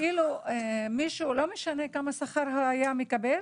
לא משנה כמה שכר מישהו היה מקבל,